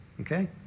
Okay